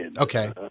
Okay